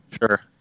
Sure